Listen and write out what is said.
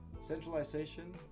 centralization